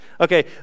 Okay